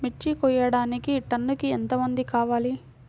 మిర్చి కోయడానికి టన్నుకి ఎంత మంది కావాలి?